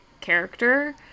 character